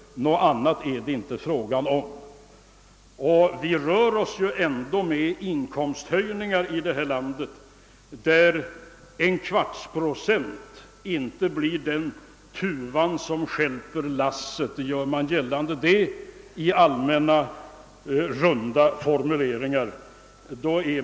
Något annat är det inte fråga om. Och vi rör oss ju här i landet med inkomsthöjningar, där en fjärdedels procent inte blir den tuva som stjälper lasset. Herr talman!